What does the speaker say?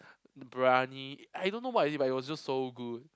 the briyani I don't know what is it but it was just so good